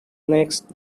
next